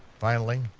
finally,